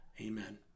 Amen